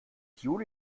juli